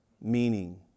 meaning